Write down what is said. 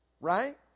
right